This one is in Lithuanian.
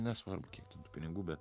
nesvarbu kiek ten tų pinigų bet